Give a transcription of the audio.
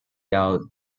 out